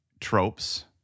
tropes